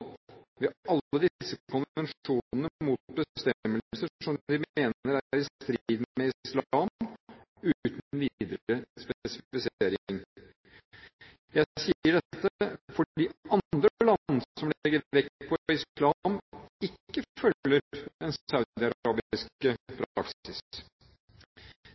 ved alle disse konvensjonene mot bestemmelser som de mener er i strid med islam – uten videre spesifisering. Jeg sier dette fordi andre land som legger vekt på islam, ikke følger